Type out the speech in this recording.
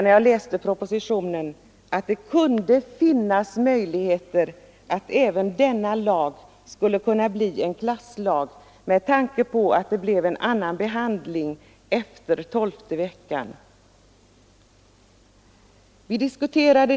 När jag läste propositionen blev jag alltså rädd att även den föreslagna lagen skulle kunna bli en klasslag med tanke på att det föreslås en annan prövning för dem som kommer efter tolfte veckan än för dem som kommer före.